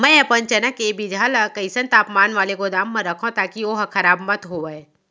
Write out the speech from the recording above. मैं अपन चना के बीजहा ल कइसन तापमान वाले गोदाम म रखव ताकि ओहा खराब मत होवय?